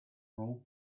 role